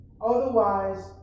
Otherwise